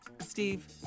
Steve